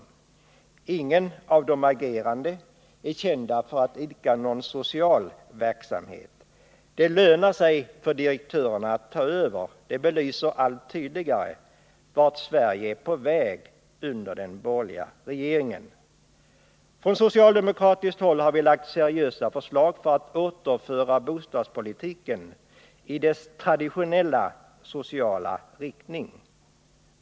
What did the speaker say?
Ingen av de agerande är kända för att idka någon social verksamhet. Det lönar sig för direktörerna att ta över. Det belyser allt tydligare vart Sverige är på väg under den borgerliga regeringen. Från socialdemokratiskt håll har vi lagt seriösa förslag i syfte att återföra bostadspolitiken i dess traditionellt sociala riktning.